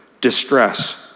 distress